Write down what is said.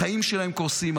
החיים שלהם קורסים.